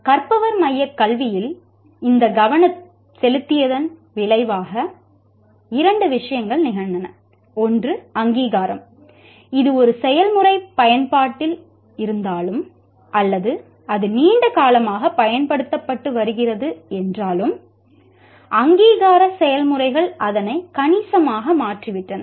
கற்பவர் மையக் கல்வியில் இந்த கவனம் செலுத்தியதன் விளைவாக இரண்டு விஷயங்கள் நிகழ்ந்தன ஒன்று அங்கீகாரம் இது ஒரு செயல்முறை பயன்பாட்டில் இருந்தாலும் அல்லது அது நீண்ட காலமாக பயன்படுத்தப்பட்டு வருகிறது என்றாலும் அங்கீகார செயல்முறைகள் அதனை கணிசமாக மாற்றிவிட்டன